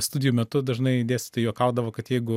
studijų metu dažnai dėstytojai juokaudavo kad jeigu